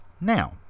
Now